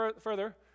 further